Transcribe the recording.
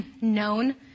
known